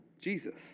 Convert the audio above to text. Jesus